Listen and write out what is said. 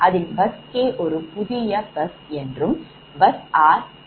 அதில் bus 𝑘 ஒரு புதிய பஸ் மற்றும் bus r reference பஸ் ஆகும்